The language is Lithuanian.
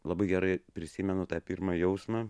labai gerai prisimenu tą pirmą jausmą